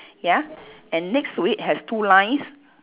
ya and next to it has two lines